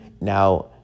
Now